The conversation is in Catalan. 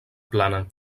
plana